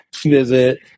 visit